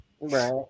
right